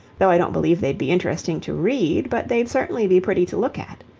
though i don't believe they'd be interesting to read, but they'd certainly be pretty to look at.